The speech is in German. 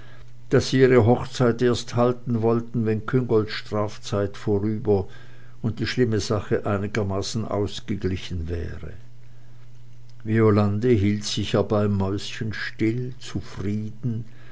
daß sie ihre hochzeit erst halten wollten wenn küngolts strafzeit vorüber und die schlimme sache einigermaßen ausgeglichen wäre violande hielt sich hiebei mäuschenstill zufrieden